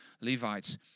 Levites